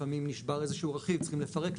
לפעמים נשבר איזשהו רכיב צריך לפרק,